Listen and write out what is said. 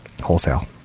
Wholesale